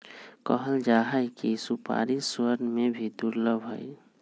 कहल जाहई कि सुपारी स्वर्ग में भी दुर्लभ हई